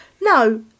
No